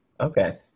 Okay